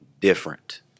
different